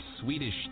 Swedish